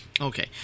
Okay